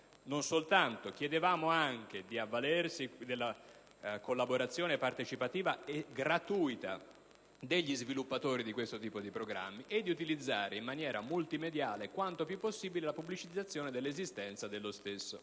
inoltre che ci si avvalga della collaborazione partecipativa e gratuita degli sviluppatori di questo tipo di programma e di utilizzare in maniera multimediale quanto più possibile la pubblicizzazione dell'esistenza dello stesso.